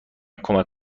کمک